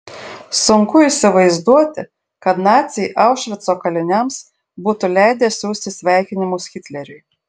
sunku įsivaizduoti kad naciai aušvico kaliniams būtų leidę siųsti sveikinimus hitleriui